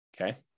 Okay